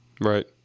Right